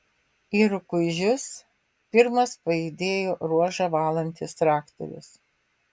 į rukuižius pirmas pajudėjo ruožą valantis traktorius